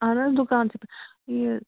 اہن حظ دُکان پٮ۪ٹھ یہِ